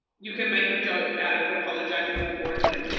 you can make a joke out of apologising before a thing,